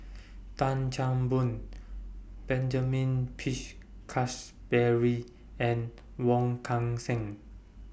Tan Chan Boon Benjamin Peach Keasberry and Wong Kan Seng